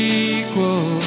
equal